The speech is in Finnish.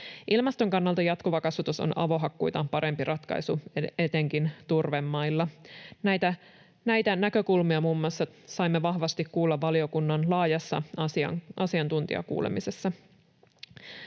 Ilmaston kannalta jatkuva kasvatus on avohakkuita parempi ratkaisu etenkin turvemailla. Muun muassa näitä näkökulmia saimme vahvasti kuulla valiokunnan laajassa asiantuntijakuulemisessa.